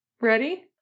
Ready